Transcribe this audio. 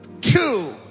two